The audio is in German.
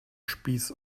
spieß